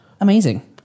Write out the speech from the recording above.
amazing